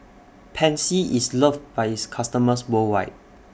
Pansy IS loved By its customers worldwide